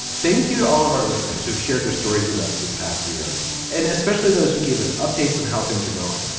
thank you to all of our listeners who've shared their stories with us this past year and especially those who gave us updates on how things are going.